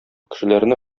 кешеләрне